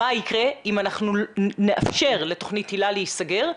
מה יקרה אם אנחנו נאפשר לתכנית היל"ה להסגר,